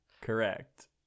correct